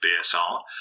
BSR